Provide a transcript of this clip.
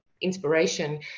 inspiration